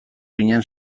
ginen